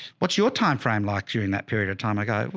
what's your time frame? like during that period of time ago,